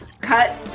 Cut